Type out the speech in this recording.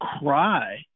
cry